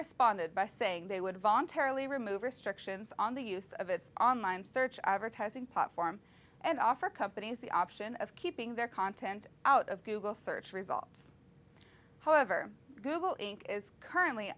responded by saying they would voluntarily remove or struction is on the use of its online search advertising platform and offer companies the option of keeping their content out of google search results however google inc is currently